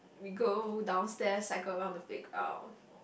we go downstairs cycle round the playground